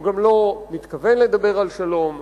הוא גם לא מתכוון לדבר על שלום.